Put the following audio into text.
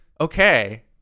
Okay